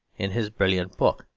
in his brilliant book,